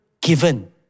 given